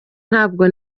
ntabwo